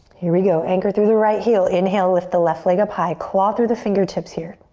here we go, anchor through the right heel, inhale, lift the left leg up high. claw through the fingertips here.